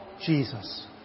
Jesus